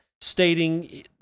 stating